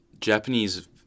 Japanese